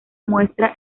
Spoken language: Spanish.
muestra